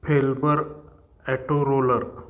Felber ॲटोरोलर